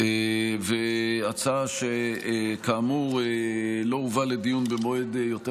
זו הצעה שכאמור לא הובאה לדיון במועד יותר